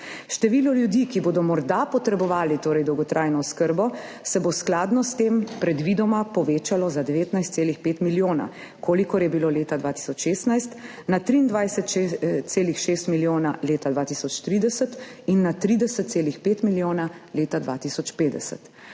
Število ljudi, ki bodo morda potrebovali dolgotrajno oskrbo, se bo skladno s tem predvidoma povečalo z 19,5 milijona, kolikor je bilo leta 2016, na 23,6 milijona leta 2030 in na 30,5 milijona leta 2050.